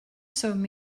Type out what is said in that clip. swm